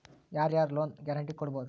ಯಾರ್ ಯಾರ್ loan guarantee ಕೊಡ್ಬೊದು?